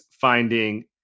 finding